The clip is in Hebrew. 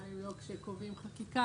אולי לא כשקובעים חקיקה,